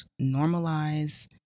normalize